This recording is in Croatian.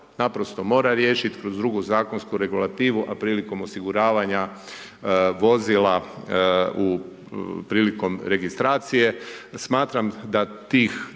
naprosto mora riješiti kroz drugu zakonsku regulativu, a prilikom osiguravanja vozila prilikom registracijom. Smatram da tih